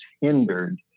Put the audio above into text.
hindered